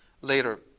later